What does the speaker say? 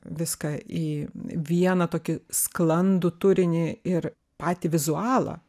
viską į vieną tokį sklandų turinį ir patį vizualą